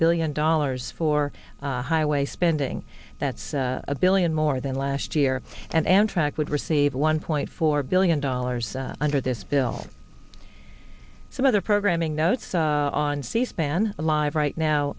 billion dollars for highway spending that's a billion more than last year and and track would receive one point four billion dollars under this bill some other programming notes on c span live right now